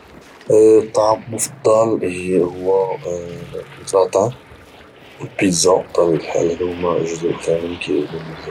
الطعام المفضل هو الكراتان او البيتزا بطبيعة الحال هادو هما جوج د الأطعمة اللي كيعجبوني بزاف